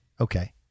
Okay